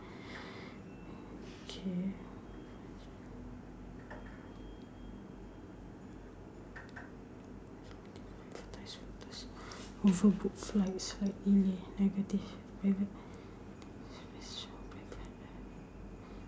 okay